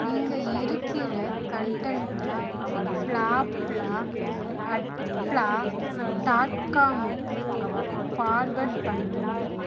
இங்கே இருக்கிற கன்டன்ட்டை ப்ளாப்ளா அட் ப்ளா டாட் காமுக்கு ஃபார்வர்ட் பண்ணு